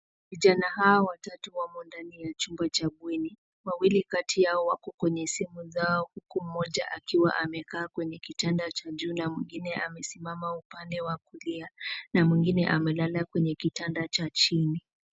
Vijana hao watatu wamo ndani ya chumba cha bweni. Wawili kati yao wako kwa kwenye simu zao, mmoja akiwa amekaa kwenye kitanda cha juu na mwingine amesimama upande wa kulia na mwingine amelala kwenye kitanda cha chini.